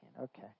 okay